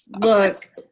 Look